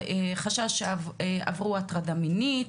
הטרדה מינית,